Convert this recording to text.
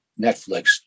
Netflix